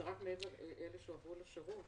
זה רק לאלה שהועברו לשירות,